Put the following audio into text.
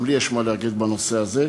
גם לי יש מה להגיד בנושא הזה.